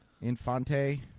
Infante